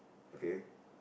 okay